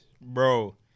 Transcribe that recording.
Bro